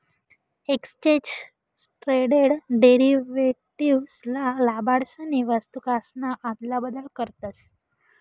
exchange traded derivatives मा लबाडसनी वस्तूकासन आदला बदल करतस